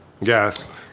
Yes